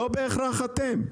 לא בהכרח אתם.